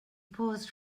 paused